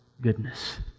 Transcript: goodness